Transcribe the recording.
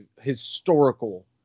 historical